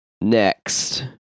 Next